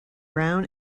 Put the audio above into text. brown